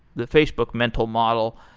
the facebook mental model.